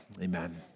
Amen